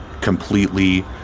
completely